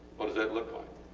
what does that look like?